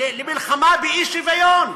למלחמה באי-שוויון,